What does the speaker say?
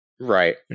Right